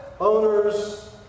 owners